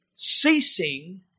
ceasing